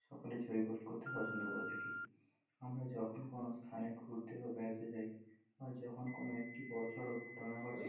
সকলেই ছবি পোস্ট করতে পছন্দ করে থাকি আমরা যখন কোনো স্থানে ঘুরতে বা বেড়াতে যাই বা যখন কোনো একটি বড়সড় ঘটনা ঘটে